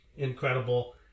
Incredible